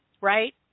right